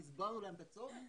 והסברנו להם את הצורך,